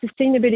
sustainability